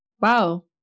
Wow